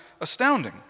astounding